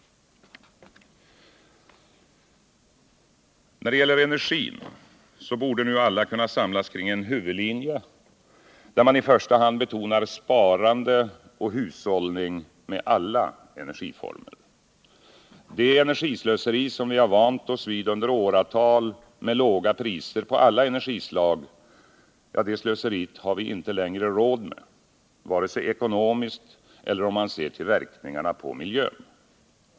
När det gäller energin borde nu alla kunna samlas kring en huvudlinje, där man i första hand betonar sparande och hushållning med alla energiformer. Det energislöseri som vi har vant oss vid i åratal, med låga priser på alla energislag, har vi inte längre råd med vare sig ekonomiskt eller om man ser till verkningarna på miljön.